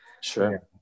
sure